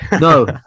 No